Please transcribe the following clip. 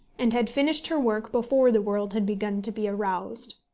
and had finished her work before the world had begun to be aroused.